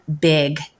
big